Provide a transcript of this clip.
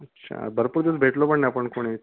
अच्छा भरपूर दिवस भेटलो पण नाही आपण कोणीच